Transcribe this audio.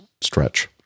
stretch